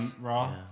Raw